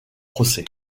procès